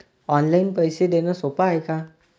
Online पैसे देण सोप हाय का?